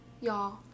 y'all